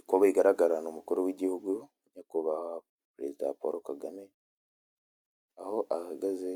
Uko bigaragara ni umukuru w'igihugu nyakubahwa Perezida Paul Kagame, aho ahagaze